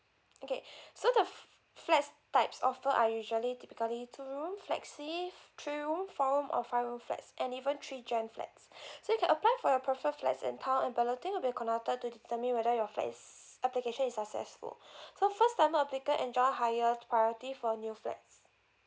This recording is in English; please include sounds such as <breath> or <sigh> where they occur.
okay <breath> so the f~ flats types offer are usually typically two room flexi f~ three room four room or five room flats and even three GEN flats <breath> so you can apply for your preferred flats and town and balloting will be conducted to determine whether your flat is application is successful <breath> so first timer applicant enjoy higher priority for new flats